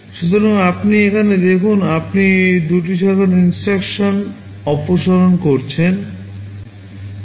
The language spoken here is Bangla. সুতরাং আপনি এখানে দেখুন আপনি দুটি শাখার INSTRUCTION অপসারণ করছেন